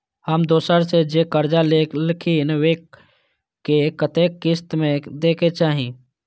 हम दोसरा से जे कर्जा लेलखिन वे के कतेक किस्त में दे के चाही?